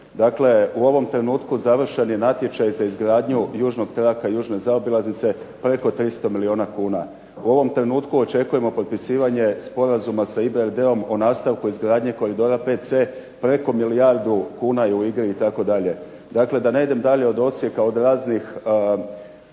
Dakle u ovom trenutku završen je natječaj za izgradnju južnog traka, južne zaobilaznice preko 300 milijuna kuna. U ovom trenutku očekujemo potpisivanje sporazuma sa EBRD-om o nastavku izgradnje koridora 5C preko milijardu kuna je u igri, itd. Dakle da ne idem dalje od Osijeka, od raznih